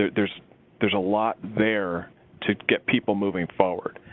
ah there's there's a lot there to get people moving forward.